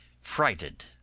frighted